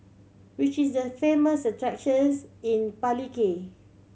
which is the famous attractions in Palikir